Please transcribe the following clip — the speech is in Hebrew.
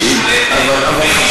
ששולטת במתנחלים, זו השאלה.